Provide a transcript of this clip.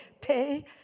pay